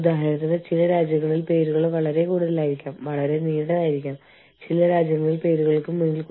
ഉദാഹരണത്തിന് ബാലവേല നിയമങ്ങൾ ചിലപ്പോൾ വിവേചനപരവും വിവേചന വിരുദ്ധവുമായ നിയമങ്ങൾ അവ ഏതെങ്കിലും പ്രത്യേക ഭൂമിശാസ്ത്രപരമായ പ്രദേശത്ത് ഒതുങ്ങുന്നില്ല